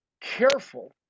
careful